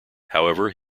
however